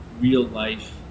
real-life